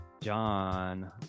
john